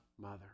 mother